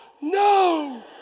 no